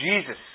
Jesus